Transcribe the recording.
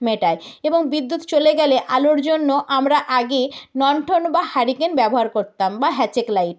মেটাই এবং বিদ্যুৎ চলে গেলে আলোর জন্য আমরা আগে লন্ঠন বা হ্যারিকেন ব্যবহার করতাম বা হ্যাজাক লাইট